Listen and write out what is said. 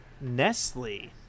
Nestle